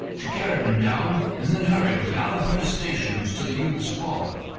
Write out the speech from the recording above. she carried him down, and then hurried with loud protestations to the youth's father.